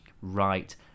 right